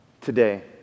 today